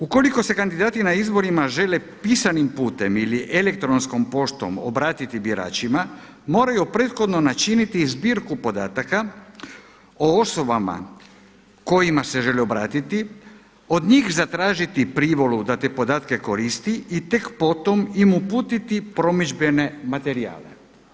Ukoliko se kandidati na izborima žele pisanim putem ili elektronskom poštom obratiti biračima, moraju prethodno načiniti zbirku podataka o osobama kojima se želi obratiti, od njih zatražiti privolu da te podatke koristi i tek po tom im uputiti promidžbene materijale.